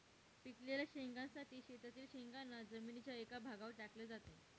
पिकलेल्या शेंगांसाठी शेतातील शेंगांना जमिनीच्या एका भागावर टाकले जाते